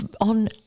on